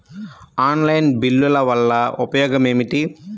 Online బిల్లుల వల్ల ఉపయోగమేమిటీ?